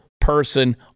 person